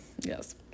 Yes